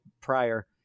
prior